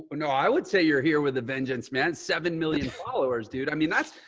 but so i would say you're here with a vengeance man. seven million followers, dude. i mean, that's,